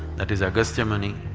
that is agastya muni,